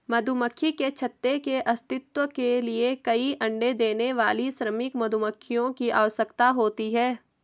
मधुमक्खी के छत्ते के अस्तित्व के लिए कई अण्डे देने वाली श्रमिक मधुमक्खियों की आवश्यकता होती है